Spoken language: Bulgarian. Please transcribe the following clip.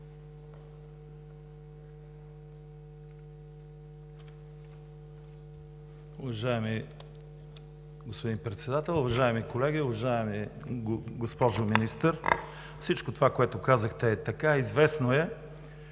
Уважаеми господин Председател, уважаеми колеги! Уважаема госпожо Министър, всичко това, което казахте, е така, известно е.